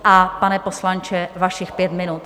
A pane poslanče, vašich pět minut.